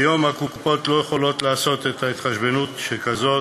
כיום הקופות לא יכולות לעשות התחשבנות כזאת,